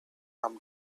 come